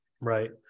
Right